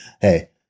Hey